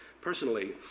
Personally